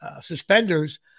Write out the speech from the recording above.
suspenders